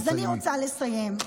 אז אני רוצה לסיים.